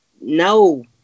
no